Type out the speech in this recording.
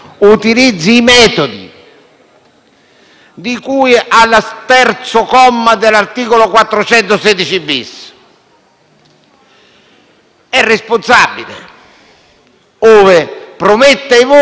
di cui al terzo comma dell'articolo 416-*bis* è responsabile, ove prometta i voti e l'altro li accetti.